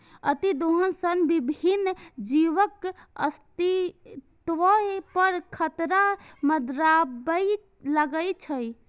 अतिदोहन सं विभिन्न जीवक अस्तित्व पर खतरा मंडराबय लागै छै